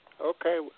okay